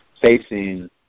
facing